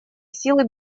силы